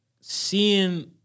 seeing